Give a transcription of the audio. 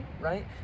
right